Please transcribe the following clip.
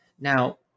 Now